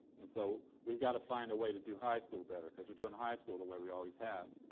and so we've got to find a way to do high school better, cause we're doing high school the way we always have.